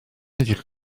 edrych